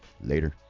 Later